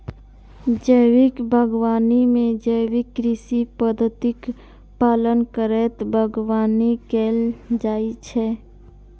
जैविक बागवानी मे जैविक कृषि पद्धतिक पालन करैत बागवानी कैल जाइ छै